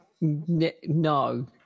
no